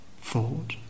thought